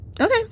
Okay